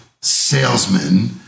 salesmen